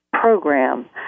program